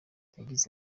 yagize